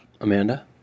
Amanda